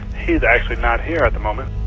he's actually not here at the moment